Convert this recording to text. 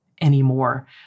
anymore